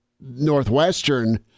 Northwestern